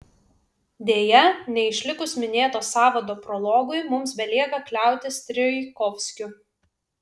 deja neišlikus minėto sąvado prologui mums belieka kliautis strijkovskiu